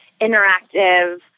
interactive